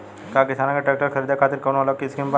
का किसान के ट्रैक्टर खरीदे खातिर कौनो अलग स्किम बा?